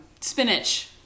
spinach